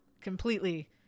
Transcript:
completely